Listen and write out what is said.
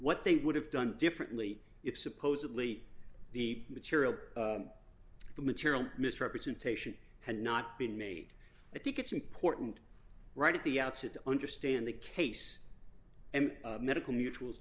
what they would have done differently if supposedly the material or the material misrepresentation had not been made i think it's important right at the outset to understand the case and medical mutual